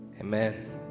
Amen